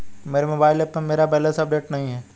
मेरे mobile app पर मेरा बैलेंस अपडेट नहीं है